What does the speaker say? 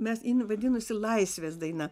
mes jinai vadinosi laisvės daina